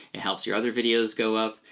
it helps your other videos go up,